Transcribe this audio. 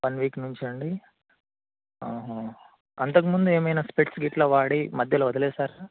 one week నుంచా అండి అంతకు ముందు ఏమైనా స్పెట్స్ ఇట్లా వాడి మధ్యలో వదిలేసారా